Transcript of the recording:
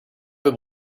have